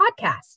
podcast